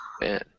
Man